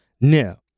now